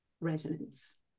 resonance